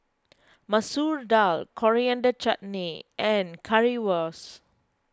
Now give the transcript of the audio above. Masoor Dal Coriander Chutney and Currywurst